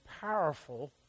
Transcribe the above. powerful